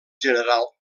general